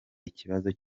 ikibazo